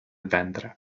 ventre